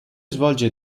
svolge